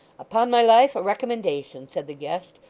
upon my life, a recommendation said the guest,